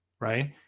right